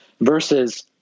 versus